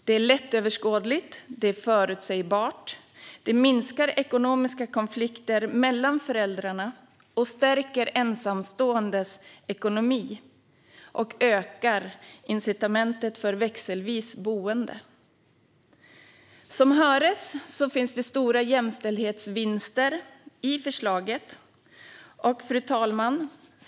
Det är lättöverskådligt, förutsägbart, minskar ekonomiska konflikter mellan föräldrarna, stärker ensamståendes ekonomi och ökar incitamentet för växelvis boende. Som höres finns stora jämställdhetsvinster i förslaget. Fru talman!